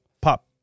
pop